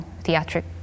theatric